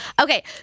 Okay